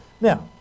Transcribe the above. Now